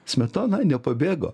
smetona nepabėgo